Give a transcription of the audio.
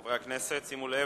חברי הכנסת, שימו לב,